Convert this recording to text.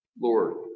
Lord